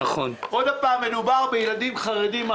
עוד פעם, מדובר בילדים חרדים.